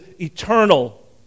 eternal